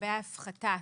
לגבי ההפחתה.